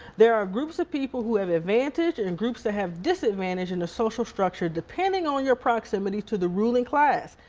there are groups of people who have advantage, and groups who have disadvantage in the social structure. depending on your proximity to the ruling class.